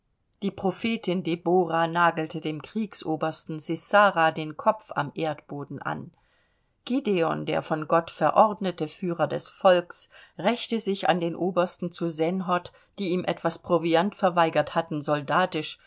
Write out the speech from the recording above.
die prophetin deborah nagelte dem kriegsobersten sissara den kopf am erdboden an gideon der von gott verordnete führer des volks rächte sich an den obersten zu senhot die ihm etwas proviant verweigert hatten soldatisch